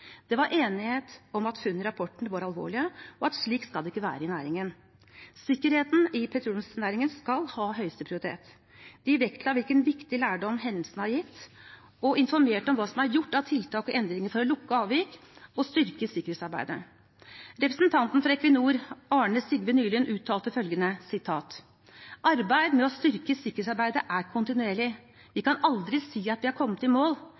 Det var enighet om at funnene i rapporten var alvorlige, og at slik skal det ikke være i næringen. Sikkerheten i petroleumsnæringen skal ha høyeste prioritet. De vektla hvilken viktig lærdom hendelsene har gitt, og informerte om hva som er gjort av tiltak og endringer for å lukke avvik og styrke sikkerhetsarbeidet. Representanten for Equinor, Arne Sigve Nylund, uttalte følgende: «Arbeidet med å styrke sikkerhetsarbeidet er kontinuerlig, vi kan aldri si at vi har kommet i mål.